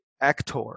actor